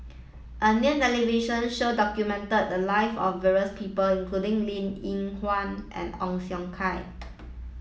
a new television show documented the lives of various people including Linn In Hua and Ong Siong Kai